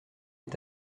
est